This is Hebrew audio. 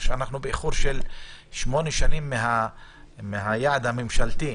אנחנו באיחור של שמונה שנים מהיעד הממשלתי.